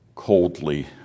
...coldly